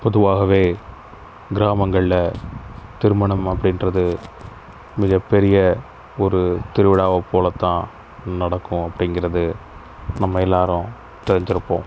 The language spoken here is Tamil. பொதுவாகவே கிராமங்களில் திருமணம் அப்படின்றது மிகப் பெரிய ஒரு திருவிழாவை போல்தான் நடக்கும் அப்படிங்கிறது நம்ம எல்லோரும் தெரிஞ்சிருப்போம்